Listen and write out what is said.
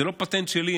זה לא פטנט שלי.